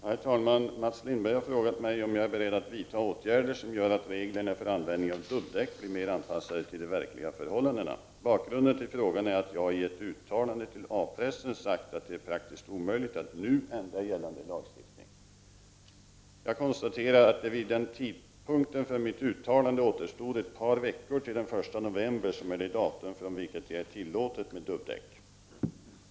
Herr talman! Mats Lindberg har frågat mig om jag är beredd att vidta åtgärder som gör att reglerna för användning av dubbdäck blir mer anpassade till de verkliga förhållandena. Bakgrunden till frågan är att jag i ett uttalande till A-pressen sagt att det är praktiskt omöjligt att nu ändra gällande lagstiftning. Jag konstaterar att det vid tidpunkten för mitt uttalande återstod ett par veckor till den 1 november som är det datum från vilket det är tillåtet med dubbdäck.